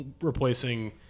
replacing